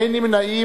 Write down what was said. אין נמנעים.